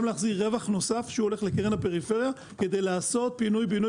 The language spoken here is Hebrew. להחזיר רווח נוסף שהולך לקרן הפריפריה כדי לעשות פינוי-בינוי